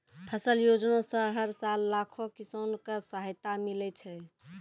फसल योजना सॅ हर साल लाखों किसान कॅ सहायता मिलै छै